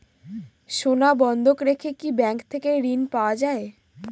সোনা বন্ধক রেখে কি ব্যাংক থেকে ঋণ পাওয়া য়ায়?